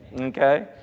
Okay